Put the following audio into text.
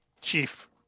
Chief